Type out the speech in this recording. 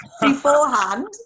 beforehand